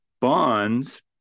Bonds